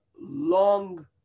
long